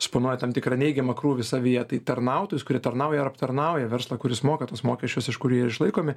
suponuoja tam tikrą neigiamą krūvį savyje tai tarnautojus kurie tarnauja ar aptarnauja verslą kuris moka tuos mokesčius iš kurių jie ir išlaikomi